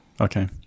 Okay